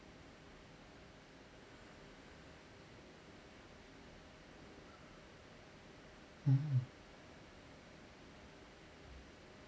mm